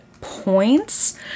points